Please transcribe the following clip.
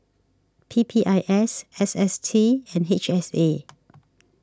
P P I S S S T and H S A